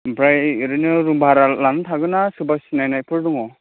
ओमफ्राय ओरैनो रुम भारा लानानै थागोन ना सोरबा सिनायनायफोर दङ